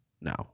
now